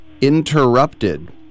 Interrupted